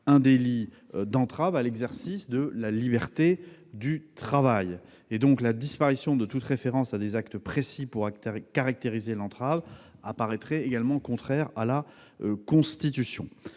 un délit d'entrave à l'exercice de la liberté du travail. La disparition de toute référence à des actes précis pour caractériser l'entrave apparaîtrait donc également contraire à la Constitution.